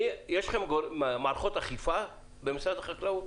יש לכם מערכות אכיפה במשרד החקלאות?